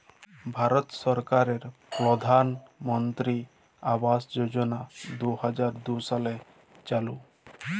ভারত সরকারের পরধালমলত্রি আবাস যজলা দু হাজার দু সালে চালু